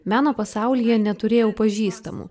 meno pasaulyje neturėjau pažįstamų